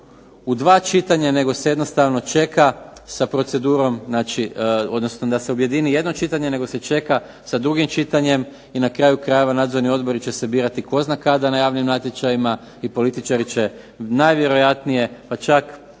u dva čitanja nego se jednostavno čeka sa procedurom, odnosno da se objedini jedno čitanje nego se čeka sa drugim čitanjem. I na kraju krajeva nadzorni odbori će se birati tko zna kada na javnim natječajima i političari će najvjerojatnije, pa čak